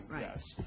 yes